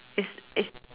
is is